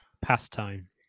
pastime